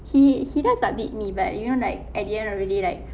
he he does update me but you know like at the end of the day like